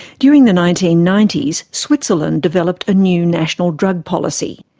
during the nineteen ninety s, switzerland developed a new national drug policy.